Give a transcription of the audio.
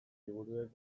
liburuek